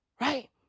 Right